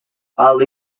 while